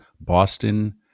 Boston